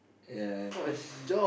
yeah cause